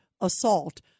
assault